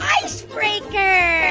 icebreaker